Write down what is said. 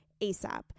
ASAP